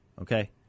Okay